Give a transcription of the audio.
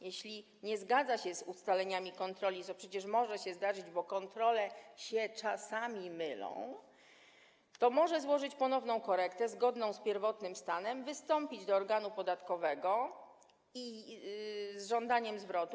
Jeśli nie zgadza się z ustaleniami kontroli, co przecież może się zdarzyć, bo kontrole się czasami mylą, to może złożyć ponowną korektę, zgodną z pierwotnym stanem, wystąpić do organu podatkowego z żądaniem zwrotu.